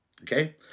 okay